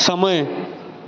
समय